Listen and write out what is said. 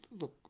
look